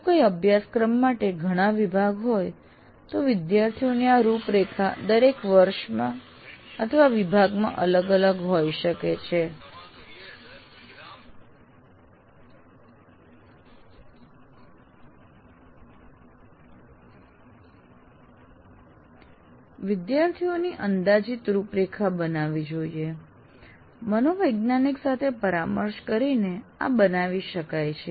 જો કોઈ અભ્યાસક્રમ માટે ઘણા વિભાગ હોય તો વિદ્યાર્થીઓની આ રૂપરેખા દરેક વર્ષ અથવા વિભાગમાં અલગ અલગ હોય શકે છે વિદ્યાર્થીઓની અંદાજિત રૂપરેખા બનાવવી જોઈએ મનોવૈજ્ઞાનિક સાથે પરામર્શ કરીને આ બનાવી શકાય છે